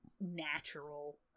natural